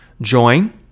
join